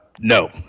No